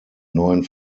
neuen